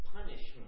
punishment